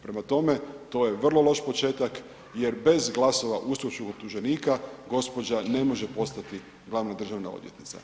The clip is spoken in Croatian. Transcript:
Prema tome, to je vrlo loš početak jer bez glasova uskočkog optuženika gđa. ne može postati glavna državna odvjetnica.